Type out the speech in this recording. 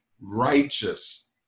righteous